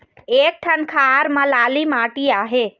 एक ठन खार म लाली माटी आहे?